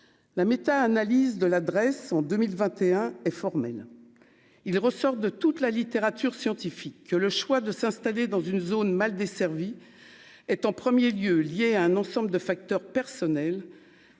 la méta-analyse de l'adresse en 2021 est formel : ils ressortent de toute la littérature scientifique, que le choix de s'installer dans une zone mal desservie est en 1er lieu liée à un ensemble de facteurs personnels,